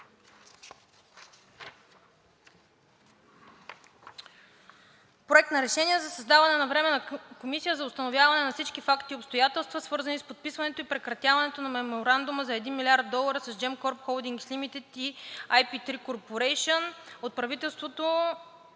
„Проект! РЕШЕНИЕ за създаване на Временна комисия за установяване на всички факти и обстоятелства, свързани с подписването и прекратяването на Меморандума за 1 млрд. долара с Gemcorp Holdings Limited и IR3 Corporation от правителството